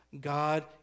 God